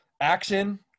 action